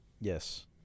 Yes